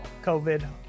COVID